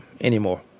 anymore